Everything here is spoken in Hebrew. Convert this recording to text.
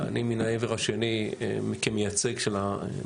אני מן העבר השני כמייצג של המערכות